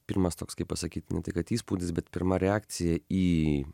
pirmas toks kaip pasakyti ne tai kad įspūdis bet pirma reakcija į